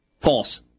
False